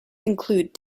include